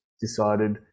decided